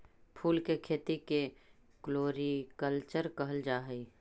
फूल के खेती के फ्लोरीकल्चर कहल जा हई